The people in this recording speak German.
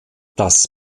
dass